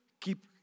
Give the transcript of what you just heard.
keep